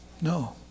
No